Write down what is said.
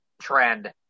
trend